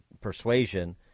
persuasion